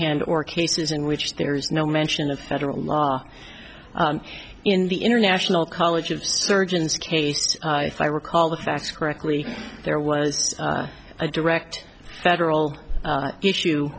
hand or cases in which there is no mention of federal law in the international college of surgeons case if i recall the facts correctly there was a direct federal issue